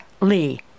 Lee